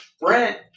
Brent